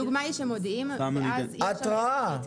התראה.